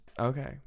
Okay